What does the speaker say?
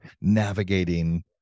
navigating